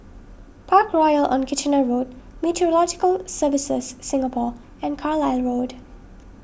Parkroyal on Kitchener Road Meteorological Services Singapore and Carlisle Road